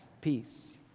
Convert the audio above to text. peace